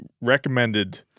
recommended